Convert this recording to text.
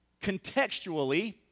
Contextually